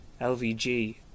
LVG